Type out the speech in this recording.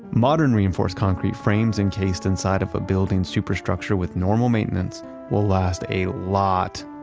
modern reinforced concrete frames encased inside of a building superstructure with normal maintenance will last a lot,